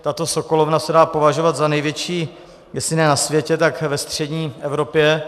Tato sokolovna se dá považovat za největší jestli ne na světě, tak ve střední Evropě.